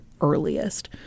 earliest